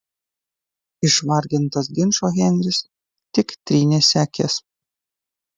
išvargintas ginčo henris tik trynėsi akis